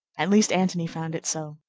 at least antony found it so.